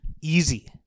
easy